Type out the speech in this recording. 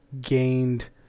gained